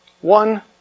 One